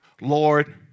Lord